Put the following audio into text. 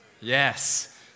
Yes